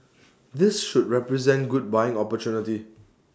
this should represent good buying opportunity